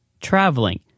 traveling